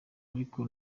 ariko